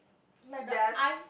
like the eyes